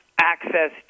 access